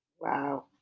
Wow